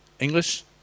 English